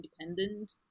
independent